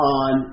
on